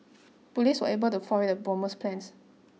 police were able to foil the bomber's plans